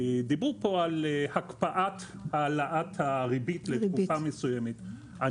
דיברו פה על הקפאת העלאת הריבית לתקופה מסוימת.